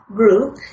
group